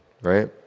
right